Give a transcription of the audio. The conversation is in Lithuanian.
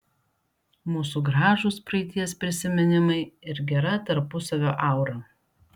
mūsų gražūs praeities prisiminimai ir gera tarpusavio aura